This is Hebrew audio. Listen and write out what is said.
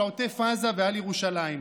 על עוטף עזה ועל ירושלים.